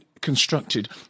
constructed